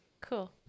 cool